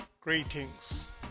greetings